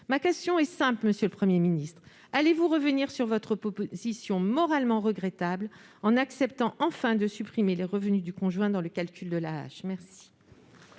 Ma question est simple, monsieur le Premier ministre : allez-vous revenir sur votre position moralement regrettable, en acceptant enfin de supprimer les revenus du conjoint dans le calcul de l'AAH ? La